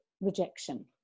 rejection